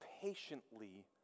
patiently